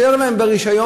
הוא אישר להם ברישיון.